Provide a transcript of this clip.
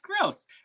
gross